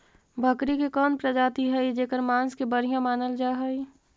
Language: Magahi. बकरी के कौन प्रजाति हई जेकर मांस के बढ़िया मानल जा हई?